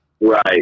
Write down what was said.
Right